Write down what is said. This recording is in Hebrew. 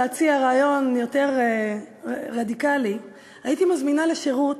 להציע רעיון יותר רדיקלי: הייתי מזמינה לשירות